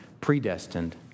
predestined